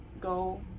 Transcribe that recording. go